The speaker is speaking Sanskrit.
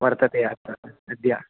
वर्तते अतः अद्य